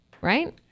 right